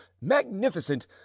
magnificent